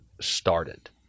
started